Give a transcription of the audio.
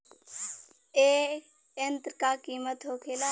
ए यंत्र का कीमत का होखेला?